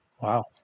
Wow